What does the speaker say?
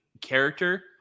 character